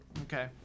Okay